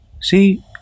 See